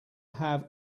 have